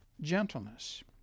gentleness